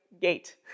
gate